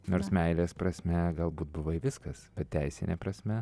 nors meilės prasme galbūt buvai viskas bet teisine prasme